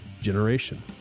generation